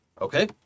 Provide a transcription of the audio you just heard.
okay